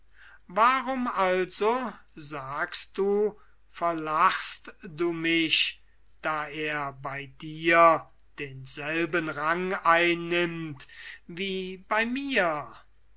warum also sagst du verlachst du mich da er bei dir denselben rang einnimmt wie bei mir